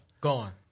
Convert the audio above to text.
Gone